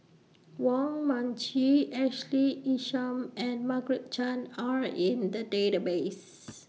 Wong Mun Chee Ashley Isham and Margaret Chan Are in The Database